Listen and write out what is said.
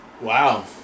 Wow